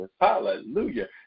hallelujah